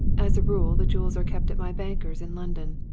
as a rule the jewels are kept at my bankers in london.